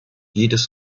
jedes